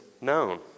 known